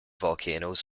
volcanoes